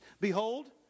Behold